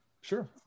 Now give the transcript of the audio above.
Sure